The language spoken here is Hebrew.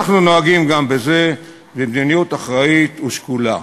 ואנחנו נוהגים גם בזה במדיניות אחראית ושקולה.